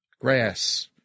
Grass